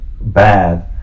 bad